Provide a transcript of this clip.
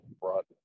brought